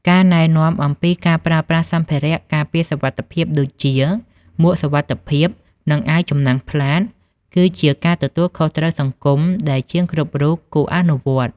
ការណែនាំអំពីការប្រើប្រាស់សម្ភារៈការពារសុវត្ថិភាពដូចជា មួកសុវត្ថិភាព និងអាវចំណាំងផ្លាត គឺជាការទទួលខុសត្រូវសង្គមដែលជាងគ្រប់រូបគួរអនុវត្ត។